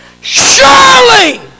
surely